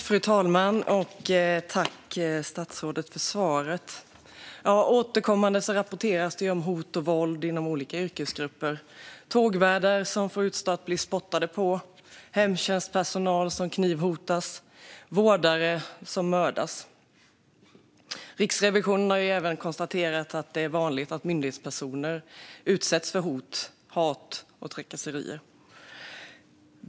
Fru talman! Jag tackar statsrådet för svaret. Återkommande rapporteras det om hot och våld inom olika yrkesgrupper. Det är tågvärdar som får utstå att bli spottade på, hemtjänstpersonal som knivhotas och vårdare som mördas. Riksrevisionen har även konstaterat att det är vanligt att myndighetspersoner utsätts för hot, hat och trakasserier.